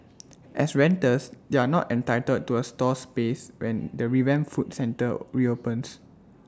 as renters they are not entitled to A stall space when the revamped food centre reopens